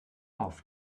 auf